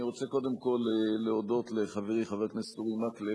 אני רוצה קודם כול להודות לחברי חבר הכנסת אורי מקלב,